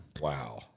wow